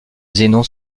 zénon